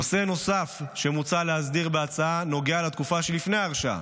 נושא נוסף שמוצע להסדיר בהצעה נוגע לתקופה שלפני ההרשעה.